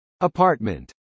Apartment